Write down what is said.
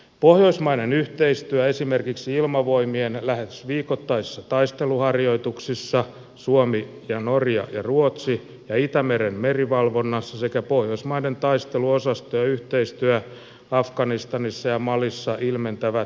pohjoismainen yhteistyö esimerkiksi ilmavoimien lähes viikoittaisissa taisteluharjoituksissa suomi ja norja ja ruotsi ja itämeren merivalvonnassa sekä pohjoismaiden taisteluosastojen yhteistyö afganistanissa ja malissa ilmentävät yhteistyön tuloksellisuutta